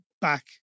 back